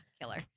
killer